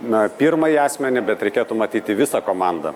na pirmąjį asmenį bet reikėtų matyti visą komandą